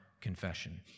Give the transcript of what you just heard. confession